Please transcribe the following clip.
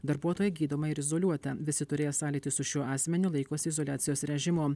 darbuotoja gydoma ir izoliuota visi turėję sąlytį su šiuo asmeniu laikosi izoliacijos režimo